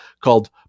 called